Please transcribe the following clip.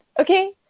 Okay